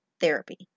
therapy